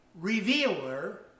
revealer